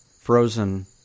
frozen